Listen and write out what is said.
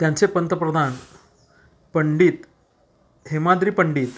त्यांचे पंतप्रधान पंडित हेमाद्रि पंडित